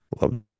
love